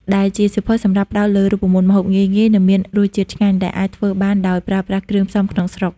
ដែលជាសៀវភៅសម្រាប់ផ្ដោតលើរូបមន្តម្ហូបងាយៗ និងមានរសជាតិឆ្ងាញ់ ដែលអាចធ្វើបានដោយប្រើប្រាស់គ្រឿងផ្សំក្នុងស្រុក។